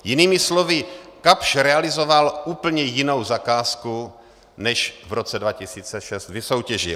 Jinými slovy, Kapsch realizoval úplně jinou zakázku, než v roce 2006 vysoutěžil.